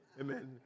Amen